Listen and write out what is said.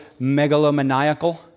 megalomaniacal